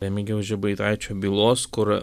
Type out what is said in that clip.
remigijaus žemaitaičio bylos kur